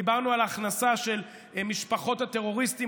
דיברנו על הכנסה של משפחות הטרוריסטים,